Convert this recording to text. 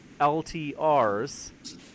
LTRs